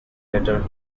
later